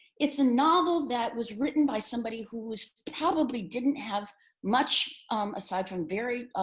it's a novel that was written by somebody who was probably didn't have much aside from very